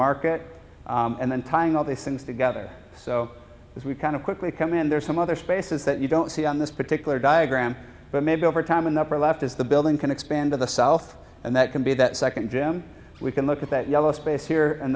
market and then tying all these things together so that we kind of quickly come and there's some other spaces that you don't see on this particular diagram but maybe over time in the upper left is the building can expand to the south and that can be that second jim we can look at that yellow space here in